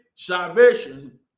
salvation